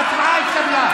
ההצבעה התקבלה.